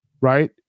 Right